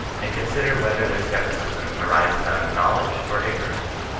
and consider whether their scepticism arises out of knowledge or ignorance?